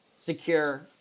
secure